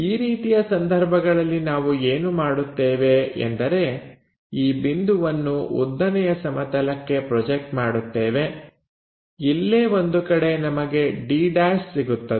ಈ ರೀತಿಯ ಸಂದರ್ಭಗಳಲ್ಲಿ ನಾವು ಏನು ಮಾಡುತ್ತೇವೆ ಎಂದರೆ ಈ ಬಿಂದುವನ್ನು ಉದ್ದನೆಯ ಸಮತಲಕ್ಕೆ ಪ್ರೊಜೆಕ್ಟ್ ಮಾಡುತ್ತೇವೆ ಇಲ್ಲೇ ಒಂದು ಕಡೆ ನಮಗೆ d' ಸಿಗುತ್ತದೆ